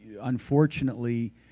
unfortunately